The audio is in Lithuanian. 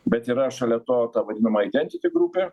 bet yra šalia to ta vadinamoji kentiti grupė